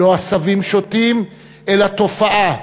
לא עשבים שוטים אלא תופעה,